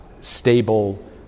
stable